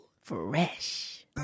Fresh